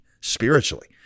spiritually